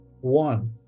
one